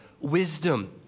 wisdom